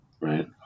Right